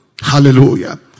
Hallelujah